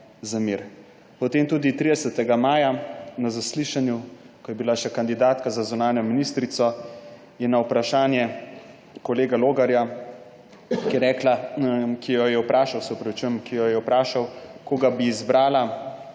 Potem je tudi 30. maja na zaslišanju, ko je bila še kandidatka za zunanjo ministrico, na vprašanje kolega Logarja, ki jo je vprašal, koga bi izbrala